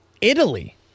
Italy